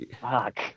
Fuck